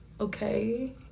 Okay